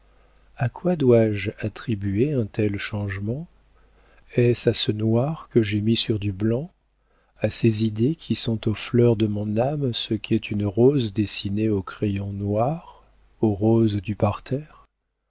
a quoi dois-je attribuer un tel changement est-ce à ce noir que j'ai mis sur du blanc à ces idées qui sont aux fleurs de mon âme ce qu'est une rose dessinée au crayon noir aux roses du parterre